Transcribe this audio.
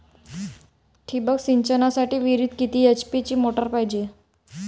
ठिबक सिंचनासाठी विहिरीत किती एच.पी ची मोटार पायजे?